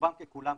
רובם ככולם,